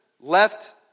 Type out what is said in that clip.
left